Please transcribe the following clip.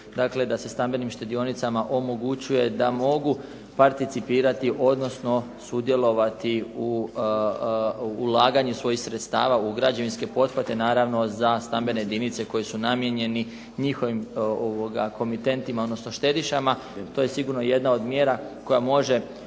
dakle da se stambenim štedionicama omogućuje da mogu participirati odnosno sudjelovati u ulaganju svojih sredstava u građevinske pothvate, naravno za stambene jedinice koji su namijenjeni njihovim komitentima odnosno štedišama. To je sigurno jedna od mjera koja može